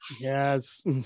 Yes